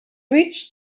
reached